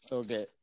okay